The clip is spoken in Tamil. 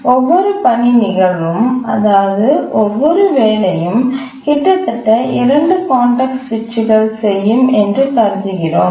ஒவ்வொரு பணி நிகழ்வும் அதாவது ஒவ்வொரு வேலையும் கிட்டத்தட்ட 2 கான்டெக்ஸ்ட் சுவிட்சுகள் செய்யும் என்று கருதுகிறோம்